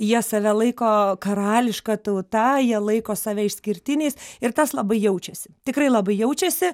jie save laiko karališka tauta jie laiko save išskirtiniais ir tas labai jaučiasi tikrai labai jaučiasi